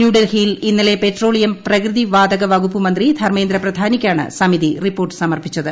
ന്യൂഡൽഹിയിൽ ഇന്നലെ പെട്രോളിയം പ്രകൃതിവാതക ്ര്യകുപ്പ് മന്ത്രി ധർമ്മേന്ദ്ര പ്രധാനിക്കാണ് സമിതി റിപ്പോർട്ട് സമർപ്പിച്ചത്